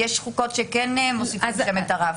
יש חוקות שכן מוסיפות את הרף.